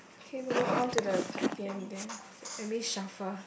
okay we move on to the card game then let me shuffle